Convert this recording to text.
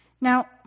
Now